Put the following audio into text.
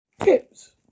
Tips